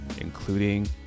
including